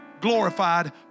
glorified